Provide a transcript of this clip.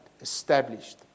established